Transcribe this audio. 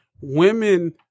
women